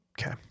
Okay